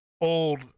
old